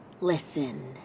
Listen